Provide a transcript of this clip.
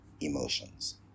emotions